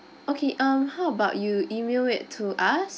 okay um how about you email it to us